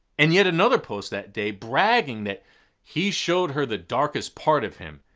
and yet another post that day, bragging that he showed her the darkest part of him.